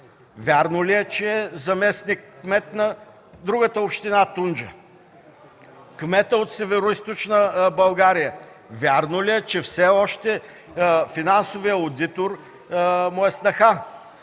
вярно ли е, че е заместник-кмет на другата община – Тунджа? Кметът от Североизточна България – вярно ли е, че все още финансовият одитор му е снаха?